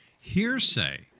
hearsay